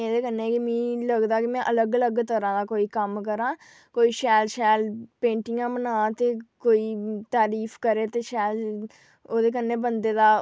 कन्नै गै मी लगदा ऐ में अलग अलग तरह दा कम्म करां कोई कम्म करां कोई शैल पेंटिगां बनां ते कोई तारिफ करै ते शैल ओह्दे कन्नै बंदे दा